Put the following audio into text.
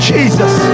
Jesus